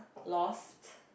lost